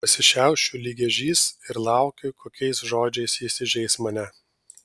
pasišiaušiu lyg ežys ir laukiu kokiais žodžiais jis įžeis mane